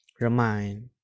remind